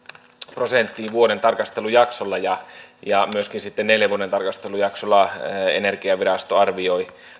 prosenttiin vuoden tarkastelujaksolla ja ja myöskin sitten neljän vuoden tarkastelujaksolla energiavirasto arvioi